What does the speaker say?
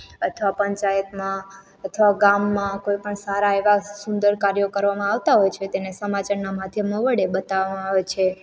અથવા પંચાયતમાં અથવા ગામમાં કોઈપણ સારા એવા સુંદર કાર્યો કરવામાં આવતા હોય છે તેને સમાચારના માધ્યમના વડે બતાવામાં આવે છે